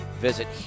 Visit